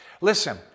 Listen